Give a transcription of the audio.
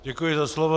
Děkuji za slovo.